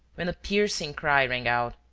when a piercing cry rang out.